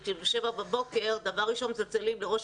כי ב-7:00 בבוקר דבר ראשון מצלצלים לראש